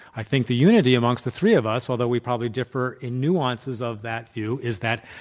i think the unity amongst the three of us although we probably differ in nuances of that view, is that,